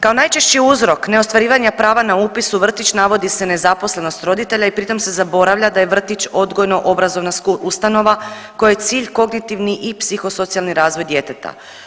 Kao najčešći uzrok neostvarivanja prava na upis u vrtić navodi se nezaposlenost roditelja i pri tom se zaboravlja da je vrtić odgojno obrazovna ustanova kojoj je cilj kognitivni i psihosocijalni razvoj djeteta.